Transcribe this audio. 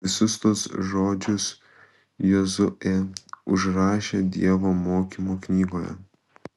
visus tuos žodžius jozuė užrašė dievo mokymo knygoje